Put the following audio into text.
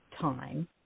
time